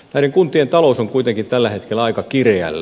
näiden kuntien talous on kuitenkin tällä hetkellä aika kireällä